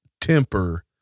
temper